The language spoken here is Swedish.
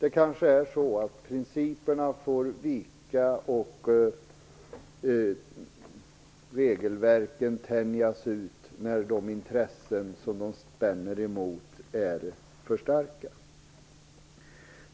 Det kanske är så att principerna får ge vika och regelverken tänjas ut när de intressen som de spänner emot är för starka.